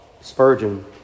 Spurgeon